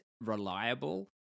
reliable